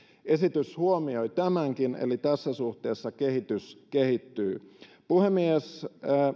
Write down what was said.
esitys huomioi tämänkin eli tässä suhteessa kehitys kehittyy puhemies